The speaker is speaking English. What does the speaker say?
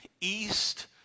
east